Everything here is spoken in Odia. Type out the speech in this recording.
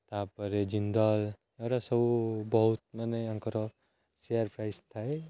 ତା'ପରେ ଜିନ୍ଦଲ୍ ଏଗୁଡ଼ା ସବୁ ବହୁତ ମାନେ ତାଙ୍କର ସେୟାର୍ ପ୍ରାଇସ୍ ଥାଏ